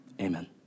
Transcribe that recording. Amen